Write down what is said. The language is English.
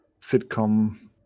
sitcom